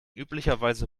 üblicherweise